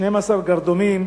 12 גרדומים